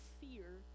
fear